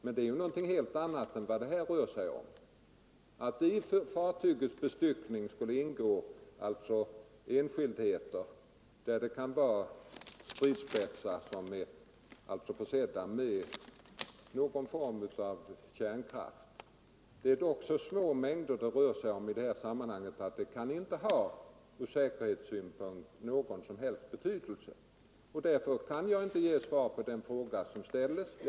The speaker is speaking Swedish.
Men det är som sagt något helt annat än vad det här rör sig om, nämligen att det i fartygets bestyckning ingår stridsspetsar försedda med någon form av kärnladdningar. Det är så små mängder det rör sig om i sådana sammanhang att det från säkerhetssynpunkt inte kan ha någon som helst betydelse. Därför kan jag inte heller ge något svar på den framställda frågan.